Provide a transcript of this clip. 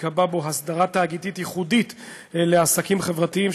שתיקבע בו הסדרה תאגידית ייחודית לעסקים חברתיים,